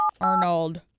Arnold